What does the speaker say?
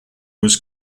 was